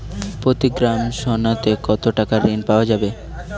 প্রতি গ্রাম সোনাতে কত টাকা ঋণ পাওয়া যাবে?